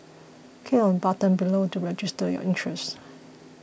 click on the button below to register your interest